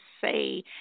say